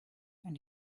and